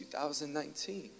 2019